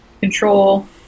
control